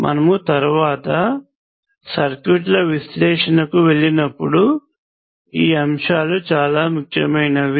మనము తరువాత సర్క్యూట్ ల విశ్లేషణ కు వెళ్ళినపుడు ఈ అంశాలు చాలా ముఖ్యమయినవి